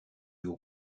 haut